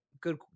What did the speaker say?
good